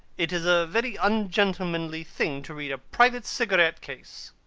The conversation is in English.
it is a very ungentlemanly thing to read a private cigarette case.